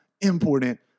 important